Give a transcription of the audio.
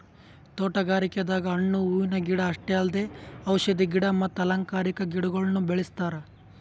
ತೋಟಗಾರಿಕೆದಾಗ್ ಹಣ್ಣ್ ಹೂವಿನ ಗಿಡ ಅಷ್ಟೇ ಅಲ್ದೆ ಔಷಧಿ ಗಿಡ ಮತ್ತ್ ಅಲಂಕಾರಿಕಾ ಗಿಡಗೊಳ್ನು ಬೆಳೆಸ್ತಾರ್